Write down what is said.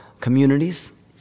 communities